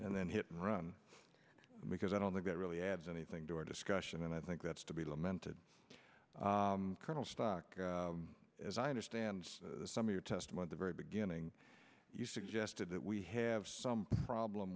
then hit and run because i don't think that really adds anything to our discussion and i think that's to be lamented colonel stock as i understand some of your testimony the very beginning you suggested that we have some problem